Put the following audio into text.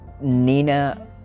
Nina